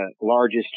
largest